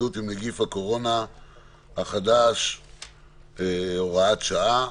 להתמודדות עם נגיף הקורונה החדש (הוראת שעה).